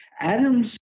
Adams